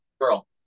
girl